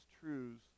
truths